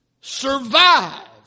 survive